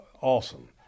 awesome